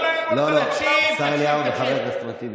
לקרוא לאוכלוסייה הערבית לא לחלק בקלאוות?